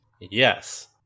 Yes